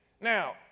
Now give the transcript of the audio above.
Now